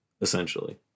essentially